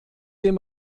dem